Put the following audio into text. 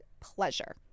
pleasure